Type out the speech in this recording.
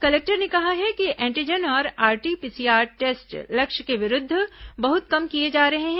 collector ने कहा है कि एंटीजन और आरटी पीसीआर टेस्ट लक्ष्य के विरूद्व बहुत कम किए जा रहे हैं